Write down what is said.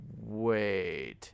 wait